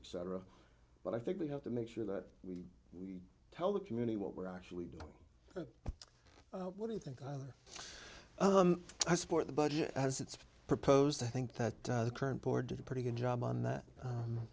accept but i think we have to make sure that we tell the community what we're actually doing what do you think either i support the budget as it's proposed i think that the current board did a pretty good job on that